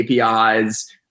APIs